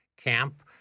camp